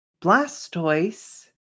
Blastoise